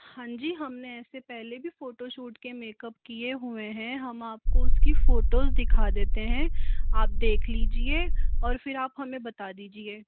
हाँ जी हमने ऐसे पहले भी फोटोशूट के मेकअप किए हुए हैं हम आपको उसकी फोटोज़ दिखा देते हैं आप देख लीजिए और फिर आप हमें बता दीजिए